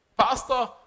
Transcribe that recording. pastor